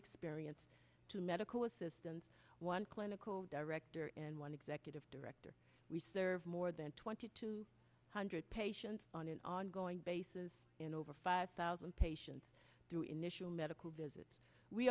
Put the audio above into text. experience to medical assistance one clinical director and one executive director we serve more than twenty two hundred patients on an ongoing basis and over five thousand patients through initial medical visits we